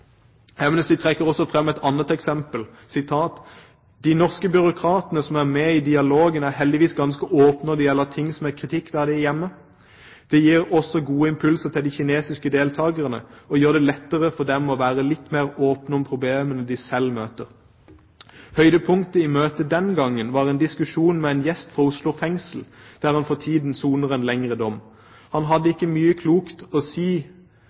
trekker også frem et annet eksempel: «De norske byråkratene som er med i dialogen er heldigvis ganske åpne når det gjelder ting som er kritikkverdige her hjemme. Det gir også gode impulser til de kinesiske deltakerne, og gjør det lettere for dem å være litt mer åpen om problemene de selv møter. Høydepunktet i møtet denne gangen var en diskusjon med en gjest fra Oslo fengsel der han for tiden soner en lengre dom. Han hadde ikke bare mye klokt å si